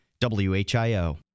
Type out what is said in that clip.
WHIO